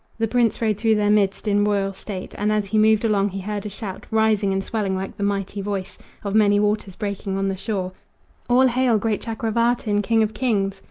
the prince rode through their midst in royal state, and as he moved along he heard a shout, rising and swelling, like the mighty voice of many waters breaking on the shore all hail! great chakravartin, king of kings!